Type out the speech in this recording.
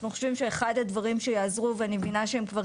אנחנו חושבים שאחד הדברים שיעזרו ואני מבינה שהם כבר